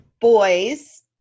boys